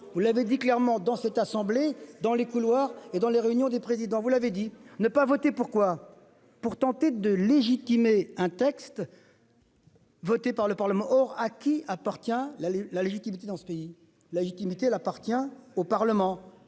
vous l'avez dit clairement dans cette assemblée, dans les couloirs et dans les réunions des présidents, vous l'avez dit ne pas voter. Pourquoi. Pour tenter de légitimer un texte. Votée par le Parlement. Or, à qui appartient la la légitimité dans ce pays la légitimité elle appartient au Parlement.